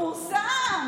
פורסם.